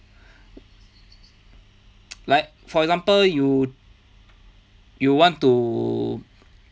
like for example you you want to